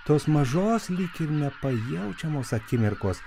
tos mažos lyg ir nepajaučiamos akimirkos